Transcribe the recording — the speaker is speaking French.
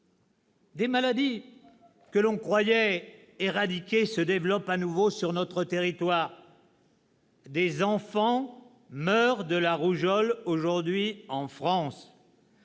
Des maladies que l'on croyait éradiquées se développent à nouveau sur notre territoire ; des enfants meurent de la rougeole aujourd'hui en France.